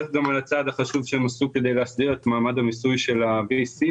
הבורסה יכולה לספוג את כל הכסף הזה?